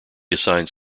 assigns